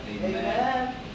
Amen